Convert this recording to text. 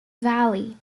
valley